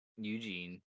Eugene